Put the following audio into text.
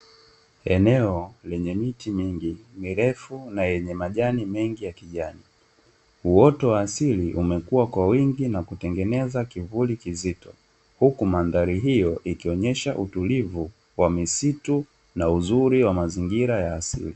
Eneo lenye miti mingi mirefu na yenye majani mengi ya kijani, uwoto wa asili umekuwa kwa wingi na kutengenezea kivuli kizito , huku mandhari hiyo ikionesha utulivu kwa misitu na uzuri wa mazingira ya asili.